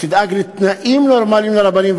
תדאג לתנאים נורמליים לרבנים.